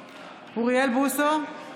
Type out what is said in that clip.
בוסו,